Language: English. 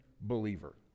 believer